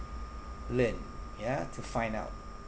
learn ya to find out